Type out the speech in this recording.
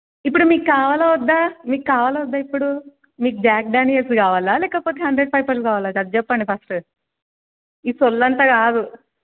ఇప్పుడు మీకు కావాలా వద్దా మీకు కావాలా వద్దా ఇప్పుడు మీకు జాక్ డేనియల్స్ కావాలా లేకపోతే హండ్రెడ్ పైపర్స్ కావాలా అది చెప్పండి ఫస్ట్ ఈ సొల్లు అంతా కాదు